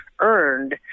earned